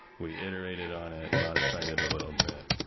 we iterated on it, modified it a little bit.